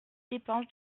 dépenses